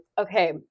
okay